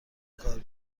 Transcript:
کار